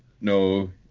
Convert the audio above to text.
No